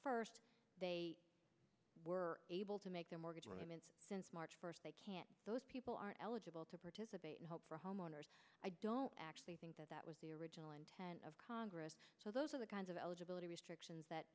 first they were able to make their mortgage since march first they can't those people are eligible to participate in help for homeowners i don't actually think that was the original intent of congress so those are the kinds of eligibility restrictions that